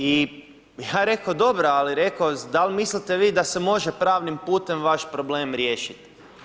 I ja reko dobro, ali reko, da li mislite vi da se može pravnim putem vaš problem riješiti.